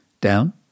down